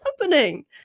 happening